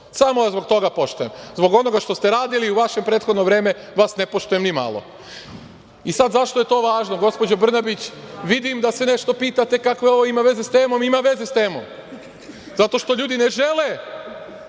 Samo vas zbog toga poštujem. Zbog onoga što ste radili u vaše prethodno vreme vas ne poštujem ni malo. Sada, zašto je to važno, gospođo Brnabić? Vidim da se nešto pitate kakve ovo ima veze sa temom. Ima veze sa temom zato što ljudi ne žele